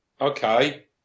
Okay